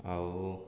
ଆଉ